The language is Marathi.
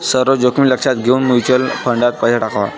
सर्व जोखीम लक्षात घेऊन म्युच्युअल फंडात पैसा टाकावा